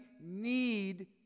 need